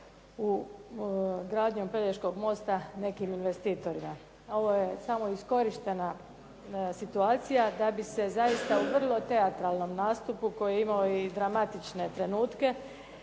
gradnjom Pelješkog mosta nekim investitorima. Ovo je samo iskorištena situacija da bi se zaista u vrlo teatralnom nastupu koji je imao i dramatične trenutke